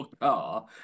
car